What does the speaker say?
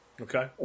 Okay